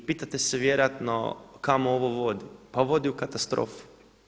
I pitate se vjerojatno kamo ovo vodi, pa vodi u katastrofe.